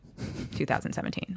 2017